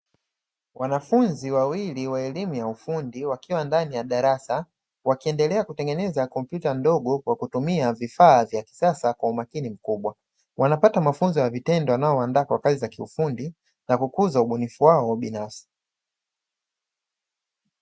Wanafunzi wawili wa elimu ya ufundi wakiwa ndani ya darasa wakiendelea kutengeneza kompyuta ndogo kwa kutumia vifaa vya kisasa kwa umakini mkubwa, wanapata mafunzo ya vitendo yanayo waandaa kwa kazi za kiufundi na kukuza ubunifu wao binafsi.